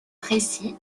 précis